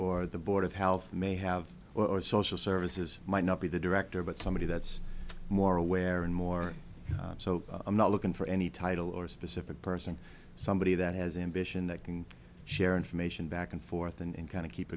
or the board of health may have or social services might not be the director but somebody that's more aware and more so i'm not looking for any title or specific person somebody that has ambition that can share information back and forth and kind of keep